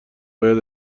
باید